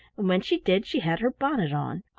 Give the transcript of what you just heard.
and when she did she had her bonnet on.